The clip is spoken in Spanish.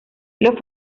los